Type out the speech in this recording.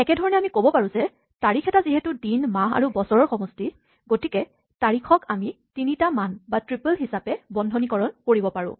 একে ধৰণে আমি ক'ব পাৰো যে তাৰিখ এটা যিহেতু দিন মাহ আৰু বছৰৰ সমষ্টি গতিকে তাৰিখক আমি তিনিটা মান বা ট্ৰিপল্ হিচাপে বন্ধনীকৰণ কৰিব পাৰোঁ